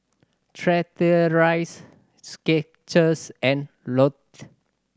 Chateraise Skechers and Lotte